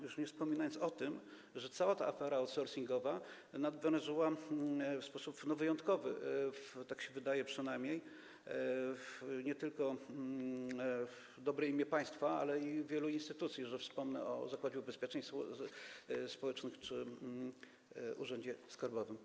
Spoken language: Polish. Już nie wspominając o tym, że cała ta afera outsourcingowa nadwyrężyła w sposób wyjątkowy, tak się wydaje przynajmniej, nie tylko dobre imię państwa, ale i wielu instytucji, że wspomnę o Zakładzie Ubezpieczeń Społecznych czy urzędzie skarbowym.